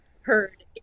heard